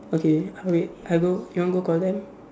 okay uh wait I will you want go call them